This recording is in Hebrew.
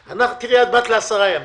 תראי, את באת ל-10 ימים,